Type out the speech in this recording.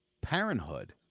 Parenthood